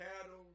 cattle